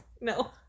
No